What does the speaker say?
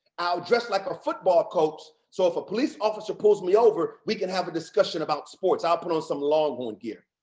dress like a football coach, so if a police officer pulls me over, we can have a discussion about sports, i'll put on some longhorns gear.